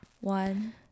One